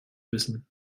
wissen